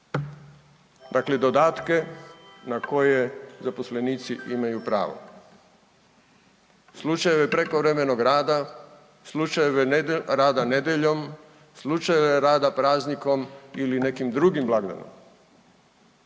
dakle dodatke na koje zaposlenici imaju pravo, slučajeve prekovremenog rada, slučajeve rada nedjeljom, slučajeve rada praznikom ili nekim drugim blagdanom.